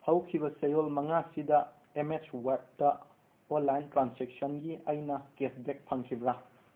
ꯍꯧꯈꯤꯕ ꯆꯌꯣꯜ ꯃꯉꯥꯁꯤꯗ ꯑꯦꯝ ꯑꯦꯁ ꯋꯥꯔꯗꯇ ꯑꯣꯟꯂꯥꯏꯟ ꯇ꯭ꯔꯥꯟꯁꯦꯛꯁꯟꯒꯤ ꯑꯩꯅ ꯀꯦꯁ ꯕꯦꯛ ꯐꯪꯈ꯭ꯔꯤꯕ꯭ꯔꯥ